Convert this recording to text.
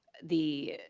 the